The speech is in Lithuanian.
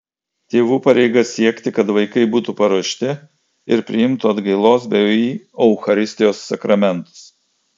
tėvų pareiga siekti kad vaikai būtų paruošti ir priimtų atgailos bei eucharistijos sakramentus